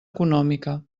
econòmica